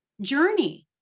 journey